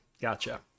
Gotcha